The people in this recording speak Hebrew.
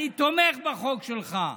אני תומך בחוק שלך.